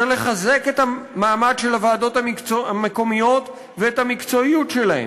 צריך לחזק את המעמד של הוועדות המקומיות ואת המקצועיות שלהן,